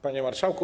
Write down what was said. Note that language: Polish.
Panie Marszałku!